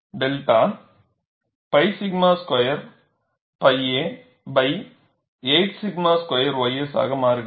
𝛅 pi 𝛔 square pi a 8 𝛔 square ys ஆக மாறுகிறது